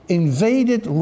invaded